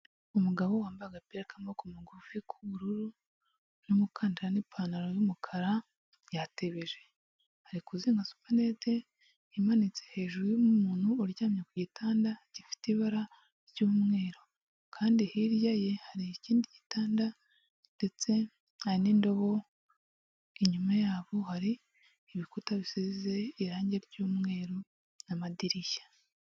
Umugabo wambaye agapira k'amaguru magufi k'ubururu n'umukandara n'ipantaro y'umukara yatebeje ari kuzinga supnete imanitse hejuru y'umuntu uryamye ku gitanda gifite ibara ry'umweru kandi hirya ye hari ikindi gitanda ndetse hari n'indobo inyuma yabo hari ibikuta bisize irangi ry'umweru n'amadirishya.